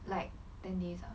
like ten days ah